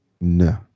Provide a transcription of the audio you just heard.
no